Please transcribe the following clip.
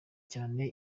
cyane